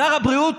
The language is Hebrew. שר הבריאות?